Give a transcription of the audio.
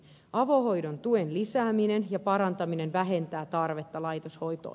avohoidon tuen lisääminen ja parantaminen vähentää tarvetta laitoshoitoon